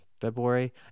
February